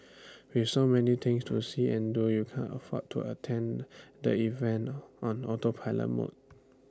with so many things to see and do you can't afford to attend the event on autopilot mode